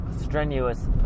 strenuous